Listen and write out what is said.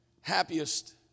happiest